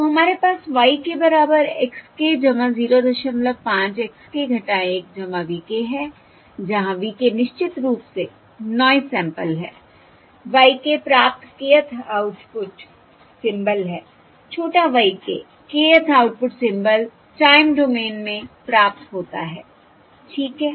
तो हमारे पास y k बराबर x k 05 x k 1 v k है जहाँ v k निश्चित रूप से नॉयस सैंपल है y k प्राप्त kth आउटपुट सिंबल है छोटा y k kth output symbol time domain में प्राप्त होता है ठीक है